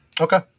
Okay